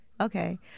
Okay